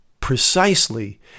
precisely